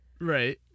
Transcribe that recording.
right